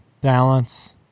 Balance